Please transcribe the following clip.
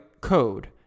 code